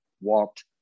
walked